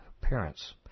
parents